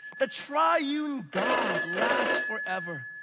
the triune god lasts forever.